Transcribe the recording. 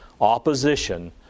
opposition